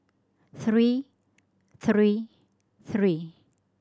three three three